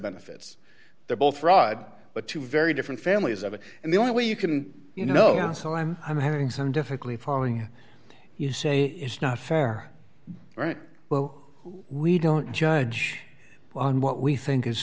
benefits they're both fraud but two very different families of it and the only way you can you know so i'm i'm having some difficulty following you say it's not fair all right well we don't judge on what we think is